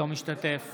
אינו משתתף